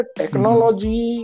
technology